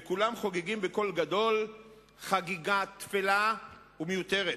וכולם חוגגים בקול גדול חגיגה תפלה ומיותרת.